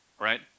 right